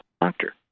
doctor